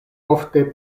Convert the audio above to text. ofte